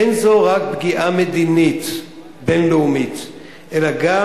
אין זו רק פגיעה מדינית בין-לאומית אלא גם